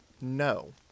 No